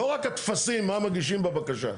לא רק הטפסים מה מגישים בבקשה.